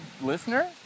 listener